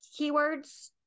keywords